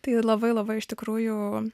tai labai labai iš tikrųjų